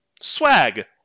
Swag